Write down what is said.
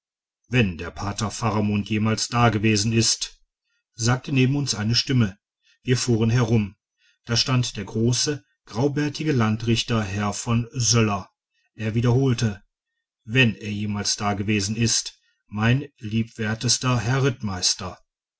wenn der pater faramund jemals dagewesen ist sagte neben uns eine stimme wir fuhren herum da stand der große graubärtige landrichter herr von söller er wiederholte wenn er jemals dagewesen ist mein liebwertester herr rittmeister